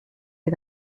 les